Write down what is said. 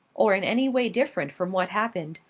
or in any way different from what happened,